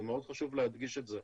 וזה מאוד חשוב להדגיש את זה,